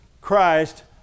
Christ